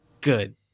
Good